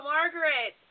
Margaret